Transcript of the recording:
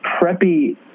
preppy